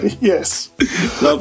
Yes